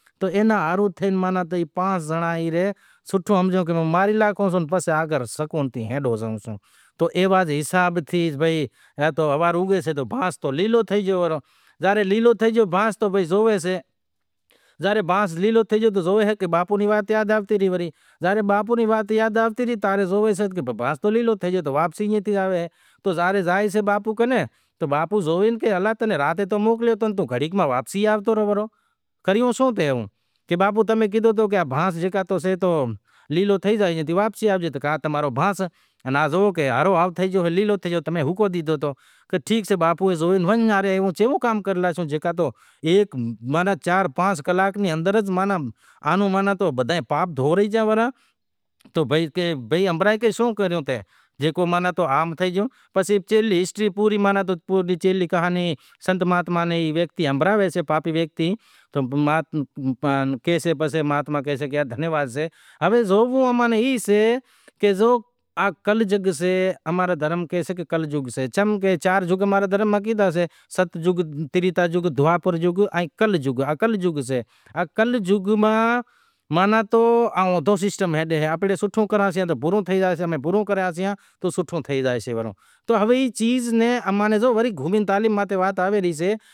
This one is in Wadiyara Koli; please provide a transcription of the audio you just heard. پاروتی شو راتری جیکو سئہ شو ری گھر واری سئہ، پسے امیں شو راتری جیکو بھی سئہ منایوں سئیں جانڑے وش پیدو ہتو ای وجہ سے امیں شو راتری امیں مناواں سیں پرب بارہیں مہینیں امارو آوی شئے ہولی بھی اماں رے باریہیں مہینے آوے شئے دواڑی بھی بارنہیں مہینڑے آوے شے، بیزو میڑو، میڑو زیکو راماپیر رو آوے شئے نو دہاڑا جیوو سنڈ، سائو سنڈ پہرو سنڈ ڈیکھاویشے ورت شروع تھیشے نو دہاڑا ہلی شئے، آٹھ دہاڑا ورت را نوئیں دہاڑے میڑو لاگیشے راماپیر رو ترن دہاڑا۔ ترن دہاڑا راماپیر رو میڑو لاگیشے چاروں دہاڑو ورے راکھشتھ ر۔ امیں جیکو بھی سئہ راماپیر رے نام رو نئوں دہاڑا ورت راکھاں انے تہوار منانڑاں سیں۔ راماپیر رو میڑو امیں دھام دھوم سیں گوٹھ میں بھی لگاواں سیں انے ٹنڈو الہیار میں بھی امارا زائیشیں مٹ مائیٹ۔ ہندوکاری سئے، جیوو کوئی ٹنڈوالہیار میں مناوے کوئی میرپور میں، جاں جاں مندر ٹھاول سئے پسے جیکو جیوو حال سئے او تہوار مناوی پسے بابا رے نام رو جیکو بھی سئے پرساد وگیرا ویراوے بدہے بھائیاں ناں مندر میں ہاکلے پسے پرساد وگیرا ویراوے پسے جیکو بھی سئہ ساڑی توال بوال رو رواج جیکو بھی سئہ ای دھرم رو پرچار وگیرا کریو زائسے، بھگت آویشے جیکو بھی ساستر گیان ہنبھڑایسے پسے جیکو بھی سئہ دھرم رو راماپیر رو میڑو سئہ تو راماپیر ری آرتی کری سئہ، گنیس رو میڑو سئہ تو گنیس ری آرتی کری سئہ